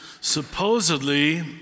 supposedly